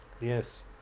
Yes